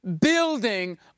building